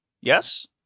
Yes